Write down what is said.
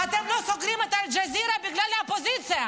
ואתם לא סוגרים את אל-ג'זירה בגלל האופוזיציה,